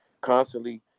constantly